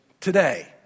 today